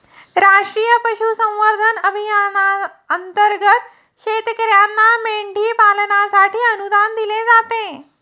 राष्ट्रीय पशुसंवर्धन अभियानांतर्गत शेतकर्यांना मेंढी पालनासाठी अनुदान दिले जाते